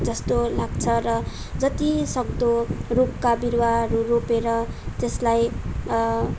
जस्तो लाग्छ र जति सक्दो रुखका बिरुवाहरू रोपेर तेसलाई